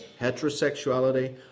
Heterosexuality